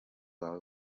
wawe